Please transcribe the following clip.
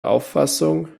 auffassung